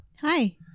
Hi